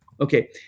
Okay